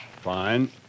Fine